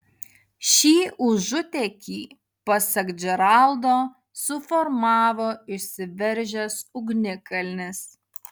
šį užutėkį pasak džeraldo suformavo išsiveržęs ugnikalnis